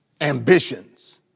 ambitions